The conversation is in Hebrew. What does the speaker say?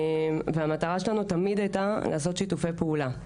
והמטרה שלנו תמיד הייתה לעשות שיתופי פעולה.